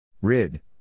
Rid